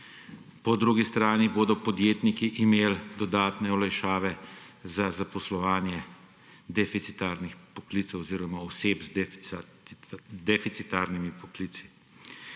Po drugi stran bodo podjetniki imeli dodatne olajšave za zaposlovanje deficitarnih poklicev oziroma oseb z deficitarnimi poklici.